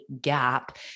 gap